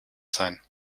sein